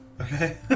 Okay